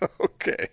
okay